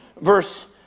verse